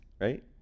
right